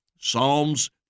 Psalms